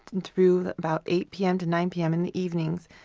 and through about eight p m. to nine p m. in the evenings,